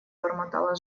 бормотала